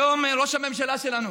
היום ראש הממשלה שלנו